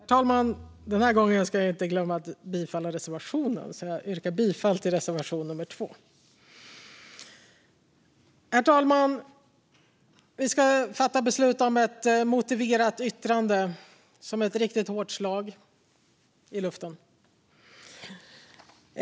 Herr talman! Den här gången ska jag inte glömma att yrka bifall till reservationen, så: Jag yrkar bifall till reservation nummer 2. Herr talman! Vi ska fatta beslut om ett motiverat yttrande som är ett riktigt hårt slag i luften.